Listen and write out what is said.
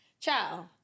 Ciao